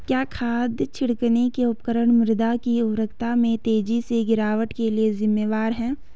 क्या खाद छिड़कने के उपकरण मृदा की उर्वरता में तेजी से गिरावट के लिए जिम्मेवार हैं?